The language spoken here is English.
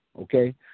Okay